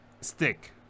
stick